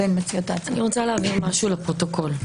אני רוצה להבין משהו לפרוטוקול.